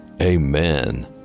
Amen